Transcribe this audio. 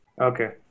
Okay